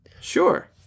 Sure